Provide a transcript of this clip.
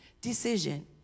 decision